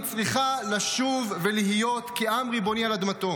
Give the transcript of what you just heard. צריכה לשוב ולהיות כעם ריבוני על אדמתו.